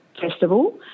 festival